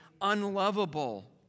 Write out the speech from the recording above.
unlovable